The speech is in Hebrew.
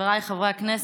חבריי חברי הכנסת,